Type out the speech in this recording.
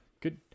good